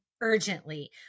urgently